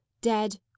dead